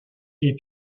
est